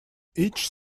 each